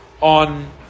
on